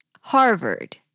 Harvard